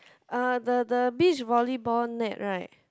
uh the the beach volleyball net right